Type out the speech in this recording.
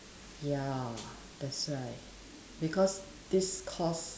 ya that's right because this cause